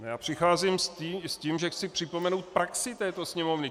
Já přicházím s tím, že chci připomenout praxi této Sněmovny.